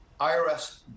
IRS